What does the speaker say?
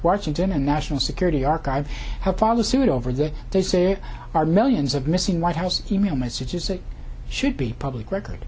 washington and national security archive have followed suit over that they say are millions of missing white house e mail messages that should be public record